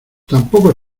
tampoco